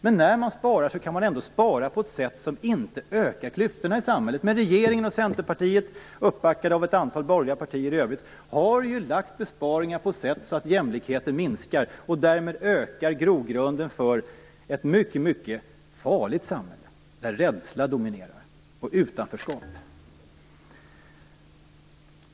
Men när man sparar kan man ändå spara på ett sätt som inte ökar klyftorna i samhället. Regeringen och Centerpartiet, uppbackade av ett antal borgerliga partier i övrigt, har gjort besparingar på ett sådant sätt att jämlikheten minskar, och därmed ökar grogrunden för ett mycket farligt samhälle där rädsla och utanförskap dominerar.